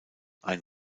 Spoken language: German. ein